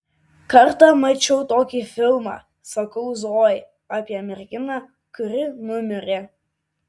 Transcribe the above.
kartą mačiau tokį filmą sakau zojai apie merginą kuri numirė